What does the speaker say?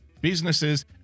businesses